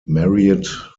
married